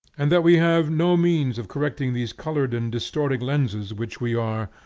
and that we have no means of correcting these colored and distorting lenses which we are,